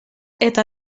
eta